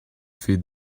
feed